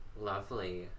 lovely